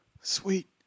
Sweet